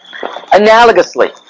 Analogously